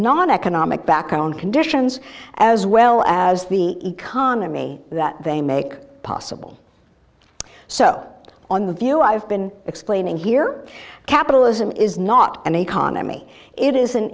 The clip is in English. non economic background conditions as well as the economy that they make possible so on the view i've been explaining here capitalism is not an economy it is an